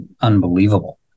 unbelievable